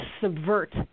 subvert